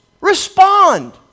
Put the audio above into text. Respond